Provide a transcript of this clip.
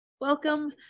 Welcome